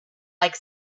like